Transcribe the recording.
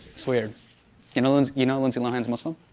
it's weird. you know lindsay you know lindsay lohan's muslim?